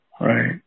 Right